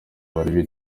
bari